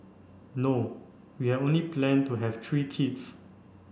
no we had only plan to have three kids